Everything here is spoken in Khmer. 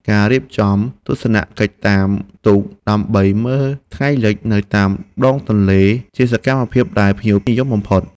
ការរៀបចំទស្សនកិច្ចតាមទូកដើម្បីមើលថ្ងៃលិចនៅតាមដងទន្លេជាសកម្មភាពដែលភ្ញៀវនិយមបំផុត។